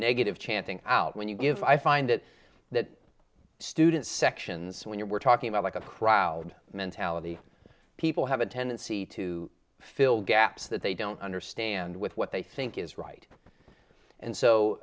negative chanting out when you give i find it that student sections when you were talking about like a crowd mentality people have a tendency to fill gaps that they don't understand with what they think is right and